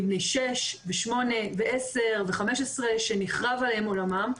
בני שש ושמונה ועשר ו-15 שנחרב עליהם עולמם.